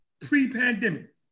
pre-pandemic